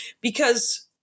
because-